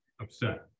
upset